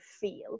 feel